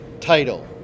title